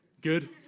Good